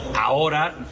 Ahora